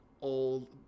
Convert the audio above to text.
old